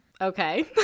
Okay